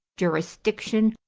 jurisdiction,